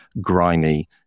grimy